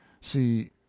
See